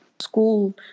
school